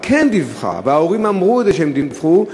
היא כן דיווחה, וההורים אמרו לי שהם דיווחו.